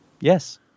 Yes